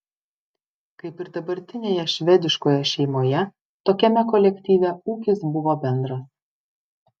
kaip ir dabartinėje švediškoje šeimoje tokiame kolektyve ūkis buvo bendras